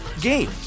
game